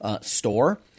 store